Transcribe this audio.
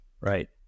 right